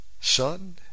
son